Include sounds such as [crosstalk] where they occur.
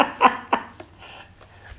[laughs]